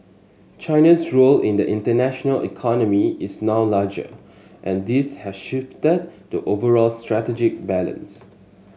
China's role in the international economy is now larger and this has shifted the overall strategic balance